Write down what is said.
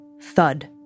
thud